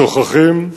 שוכחים,